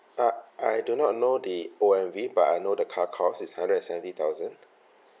uh I do not know the O_M_V but I know the car cost is hundred and seventy thousand